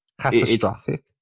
Catastrophic